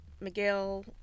Miguel